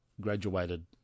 graduated